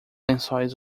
lençóis